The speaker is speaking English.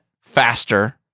faster